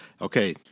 Okay